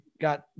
Got